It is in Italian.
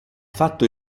fatto